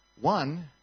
One